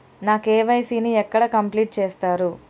నా కే.వై.సీ ని ఎక్కడ కంప్లీట్ చేస్తరు?